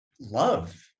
Love